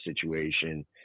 situation